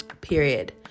period